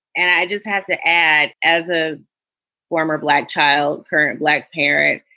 and i just have to add, as a former black child, current black parent,